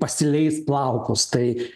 pasileis plaukus tai